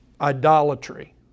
idolatry